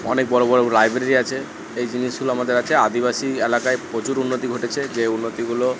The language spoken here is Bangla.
অনেক বড় বড় লাইব্রেরি আছে এই জিনিসগুলো আমাদের আছে আদিবাসী এলাকায় প্রচুর উন্নতি ঘটেছে যে উন্নতিগুলো